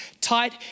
tight